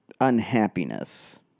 unhappiness